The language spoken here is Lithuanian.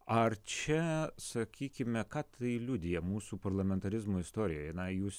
ar čia sakykime ką tai liudija mūsų parlamentarizmo istorijoj na jūs